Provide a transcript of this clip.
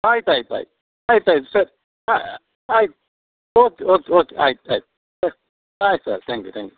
ಆಯ್ತು ಆಯ್ತು ಆಯ್ತು ಆಯ್ತು ಆಯ್ತು ಸರ್ ಆಯ್ತು ಓಕೆ ಓಕೆ ಓಕೆ ಆಯ್ತು ಆಯ್ತು ಸರಿ ಆಯ್ತು sir thank you thank you